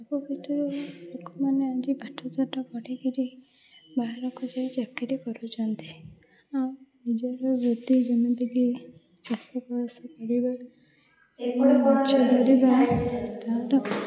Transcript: ସବୁ କ୍ଷେତ୍ରରେ ଲୋକମାନେ ଆଜି ପାଠସାଠ ପଢ଼ିକରି ବାହାରକୁ ଯାଇ ଚାକିରୀ କରୁଛନ୍ତି ଆଉ ନିଜର ବୃତ୍ତି ଯେମିତିକି ଚାଷବାସ କରିବା ମାଛ ଧରିବା ତାର